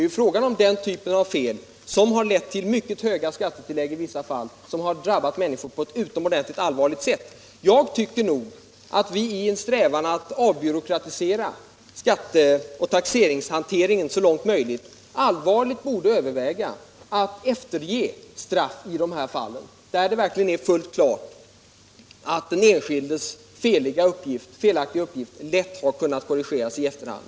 Här gäller det den typ av fel som i vissa fall har lett till mycket höga skattetillägg, vilka har drabbat människor utomordentligt hårt. I en strävan att avbyråkratisera skatteoch taxeringshanteringen så långt möjligt borde vi allvarligt överväga att efterge straff i de här fallen, där det verkligen är fullt klart att den enskildes felaktiga uppgift lätt har kunnat korrigeras i efterhand.